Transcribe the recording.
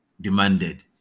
demanded